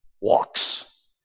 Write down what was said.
walks